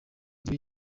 ribi